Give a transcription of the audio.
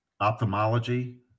ophthalmology